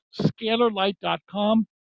Scalarlight.com